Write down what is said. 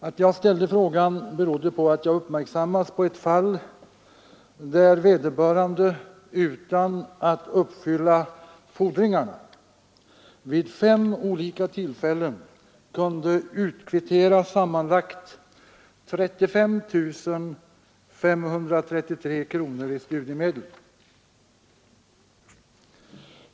Att jag ställde frågan berodde på att jag uppmärksammats på ett fall där vederbörande utan att uppfylla fordringarna vid fem olika tillfällen kunde utkvittera sammanlagt 35 533 Nr 53 kronor i studiemedel.